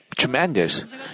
Tremendous